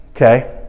Okay